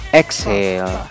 exhale